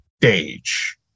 stage